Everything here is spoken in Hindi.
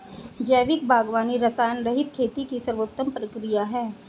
जैविक बागवानी रसायनरहित खेती की सर्वोत्तम प्रक्रिया है